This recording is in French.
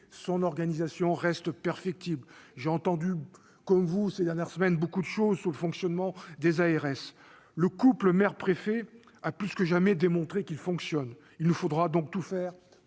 son organisation reste perfectible- j'ai entendu ces dernières semaines, comme nombre d'entre vous, beaucoup de choses sur le fonctionnement des ARS ... Le couple maire-préfet a plus que jamais démontré qu'il fonctionne. Il nous faudra donc tout faire